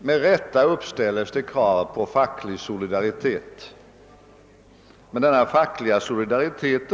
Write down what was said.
Med rätta uppställes det krav på facklig solidaritet, men denna fackliga solidaritet